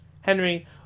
Henry